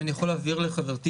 אני יכול להעביר את השאלה לחברתי,